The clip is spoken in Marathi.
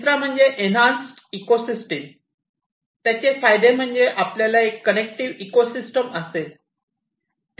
तिसरा म्हणजे ईनहान्स इकोसिस्टम त्याचे फायदे म्हणजे आपल्याला एक कनेक्टिव्ह इकोसिस्टम असेल